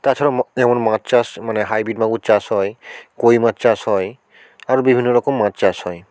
তাছাড়াও যেমন মাছ চাষ মানে হাইব্রিড মাগুর চাষ হয় কই মাছ চাষ হয় আরও বিভিন্ন রকম মাছ চাষ হয়